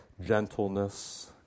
gentleness